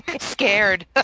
scared